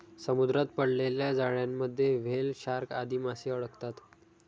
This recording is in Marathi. समुद्रात पडलेल्या जाळ्यांमध्ये व्हेल, शार्क आदी माशे अडकतात